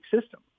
system